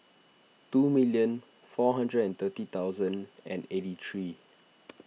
two million four hundred and thirty thousand and eighty three